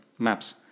Maps